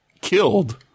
killed